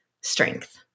strength